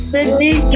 Sydney